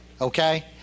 okay